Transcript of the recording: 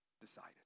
decided